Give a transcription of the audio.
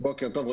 בוקר טוב.